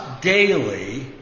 daily